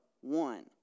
one